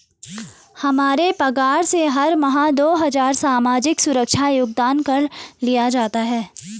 हमारे पगार से हर माह दो हजार सामाजिक सुरक्षा योगदान कर लिया जाता है